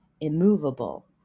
immovable